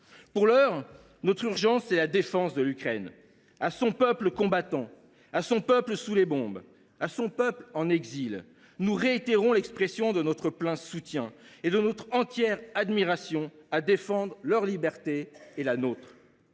Pour l’heure, notre urgence est la défense de l’Ukraine. À son peuple combattant, à son peuple sous les bombes, à son peuple en exil, nous réitérons l’expression de notre plein soutien et de notre entière admiration : les Ukrainiens